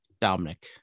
Dominic